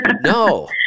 No